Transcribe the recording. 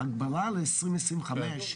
ההגבלה ל-2025,